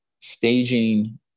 staging